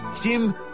Tim